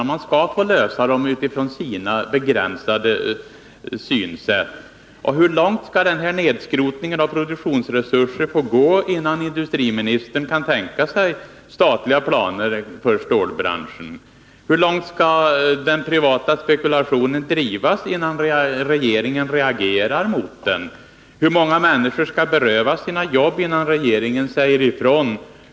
Industrin skall få lösa problemen utifrån sitt begränsade synsätt. Hur långt skall denna nedskrotning av produktionsresurser få gå innan industriministern kan tänka sig statliga planer för stålbranschen? Hur långt skall den privata spekulationen drivas innan regeringen reagerar mot den? Hur många människor skall berövas sina jobb innan regeringen säger ifrån?